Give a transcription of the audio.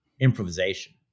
improvisation